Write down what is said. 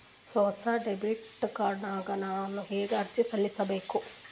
ಹೊಸ debit card ಗ ನಾನು ಹೆಂಗ ಅರ್ಜಿ ಸಲ್ಲಿಸಬೇಕು?